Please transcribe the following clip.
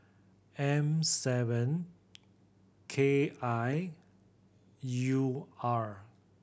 M seven K I U R